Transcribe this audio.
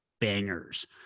bangers